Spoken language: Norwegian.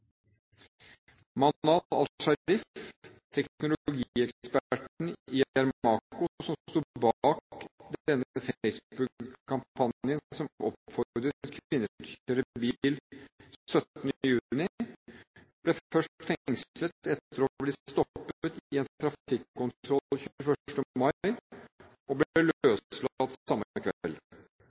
teknologieksperten i Aramco som sto bak den Facebook-kampanjen som oppfordret kvinner til å kjøre bil 17. juni, ble først fengslet etter å ha blitt stoppet i en trafikkontroll 21. mai, og ble